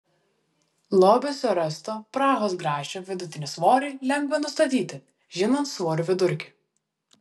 lobiuose rasto prahos grašio vidutinį svorį lengva nustatyti žinant svorių vidurkį